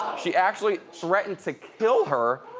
she actually threatened to kill her.